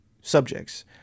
subjects